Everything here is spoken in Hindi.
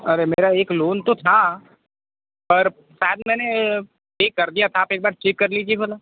अरे मेरा एक लोन तो था पर शायद मैंने पे कर दिया था आप एक बार चेक कर लीजिए भला